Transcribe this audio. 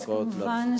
כמובן,